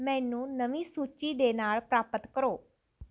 ਮੈਨੂੰ ਨਵੀਂ ਸੂਚੀ ਦੇ ਨਾਲ ਪ੍ਰਾਪਤ ਕਰੋ